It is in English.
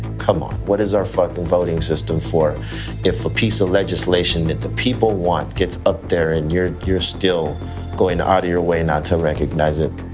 come on, what is our fucking voting system for if a piece of legislation that the people want gets up there and you're still going out of your way not to recognize it?